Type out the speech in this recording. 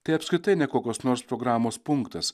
tai apskritai ne kokios nors programos punktas